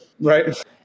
right